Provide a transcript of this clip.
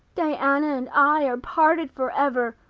diana and i are parted forever.